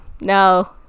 no